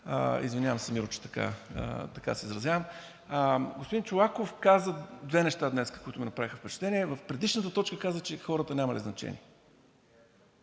Извинявам се, Миро, че така се изразявам. Господин Чолаков каза две неща днес, които ми направиха впечатление. В предишната точка каза, че хората нямали значение,